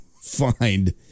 find